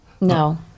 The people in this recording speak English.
No